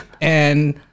and-